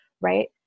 right